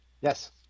Yes